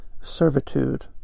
servitude